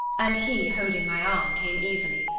and he, holding my arm, came easily.